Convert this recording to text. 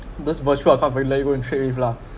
this virtual account really let you go and trade with lah